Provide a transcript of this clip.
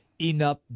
enough